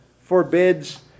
forbids